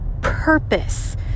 purpose